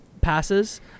passes